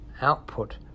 output